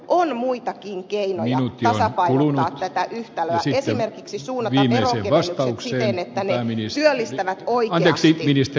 on muitakin keinoja tasapainottaa tätä yhtälöä esimerkiksi suunnata veronkevennykset siten että ne työllistävät oikeasti